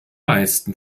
meisten